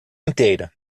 inteira